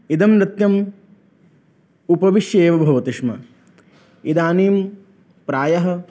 इदं नृत्यम् उपविश्येव भवति स्म इदानीं प्रायः